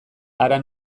hara